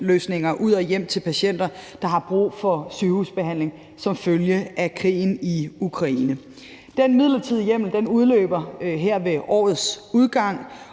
transportløsninger ud og hjem til patienter, der har brug for sygehusbehandling som følge af krigen i Ukraine. Den midlertidige hjemmel udløber her ved årets udgang,